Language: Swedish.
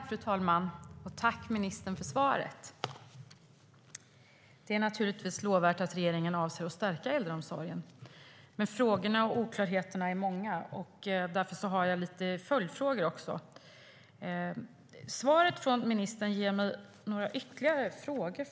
Fru talman! Jag tackar ministern för svaret. Det är naturligtvis lovvärt att regeringen avser att stärka äldreomsorgen, men frågorna och oklarheterna är många. Jag har därför lite följdfrågor. Svaret från ministern ger mig några ytterligare frågor.